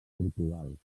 portugal